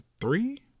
three